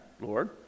Lord